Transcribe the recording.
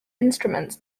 instruments